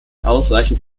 ausreichend